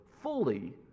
fully